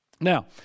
Now